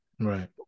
right